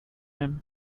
him